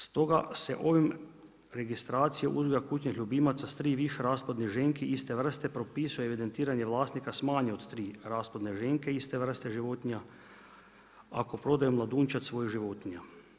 Stoga se ovom registracijom uzgoja kućnih ljubimaca s tri i više rasplodnih ženki iste vrste propisuje evidentiranje vlasnika s manje od tri rasplodne ženke iste vrste životinja ako prodaju mladunčad svih životinja.